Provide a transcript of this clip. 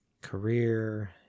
career